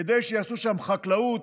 כדי שיעשו שם חקלאות,